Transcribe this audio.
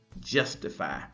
justify